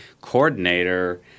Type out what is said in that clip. coordinator